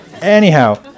Anyhow